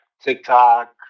tiktok